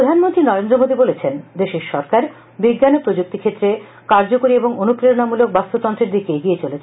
প্রধানমন্ত্রী নরেন্দ্র মোদি বলেছেন দেশের সরকার বিজ্ঞান ও প্রযুক্তি ক্ষেত্রে কার্যকরী এবং অনুপ্রেরণামূলক বাস্ততন্তের দিকে এগিয়ে চলেছে